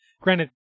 granted